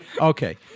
Okay